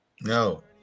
No